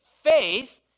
faith